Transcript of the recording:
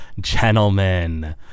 Gentlemen